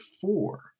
four